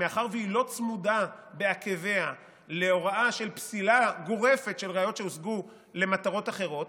לא צמודה בעקביה להוראה של פסילה גורפת של ראיות שהושגו למטרות אחרות,